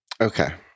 Okay